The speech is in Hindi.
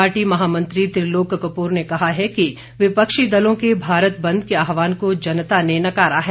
पार्टी महामंत्री त्रिलोक कपूर ने कहा है कि विपक्षी दलों के भारत बंद के आहवान को जनता ने नकारा है